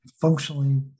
functionally